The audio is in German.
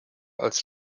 als